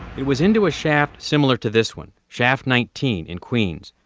it was into a shaft similar to this one, shaft nineteen in queens,